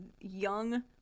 young